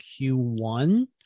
Q1